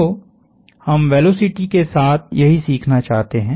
तो हम वेलोसिटी के साथ यही सीखना चाहते हैं